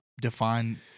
define